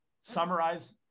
summarize